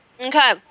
okay